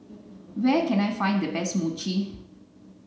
where can I find the best Mochi